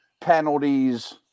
penalties